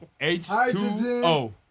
H2O